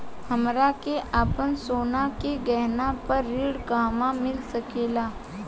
हमरा के आपन सोना के गहना पर ऋण कहवा मिल सकेला?